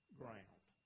ground